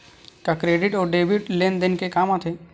का क्रेडिट अउ डेबिट लेन देन के काम आथे?